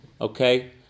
Okay